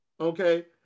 Okay